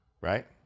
right